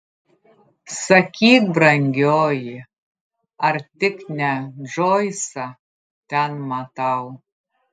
sakyk brangioji ar tik ne džoisą ten matau